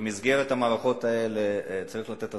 ובמסגרת המערכות האלה צריך לתת הסברה,